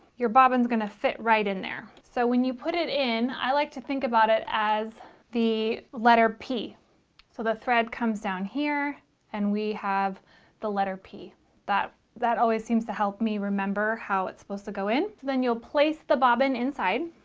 your bobbin's gonna fit right in there, so when you put it in i like to think about it as the letter p so the thread comes down here and we have the letter p that that always seems to help me remember how it's supposed to go in then you'll place the bobbin inside.